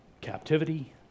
captivity